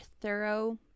thorough